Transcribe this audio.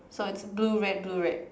so it's blue red blue red